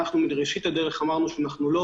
בראשית הדרך אמרנו מפורשות שאנחנו לא